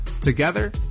together